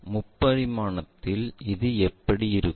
முப்பரிமாணத்தில் இது எப்படி இருக்கும்